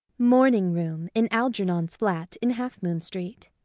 morning-room in algernon's flat in half-moon street.